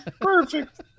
Perfect